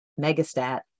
megastat